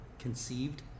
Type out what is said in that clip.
conceived